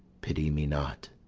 pity me not,